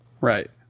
Right